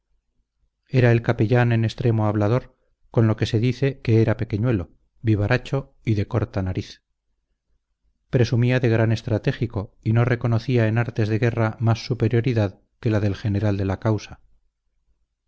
el capellán en extremo hablador con lo que se dice que era pequeñuelo vivaracho y de corta nariz presumía de gran estratégico y no reconocía en artes de guerra más superioridad que la del general de la causa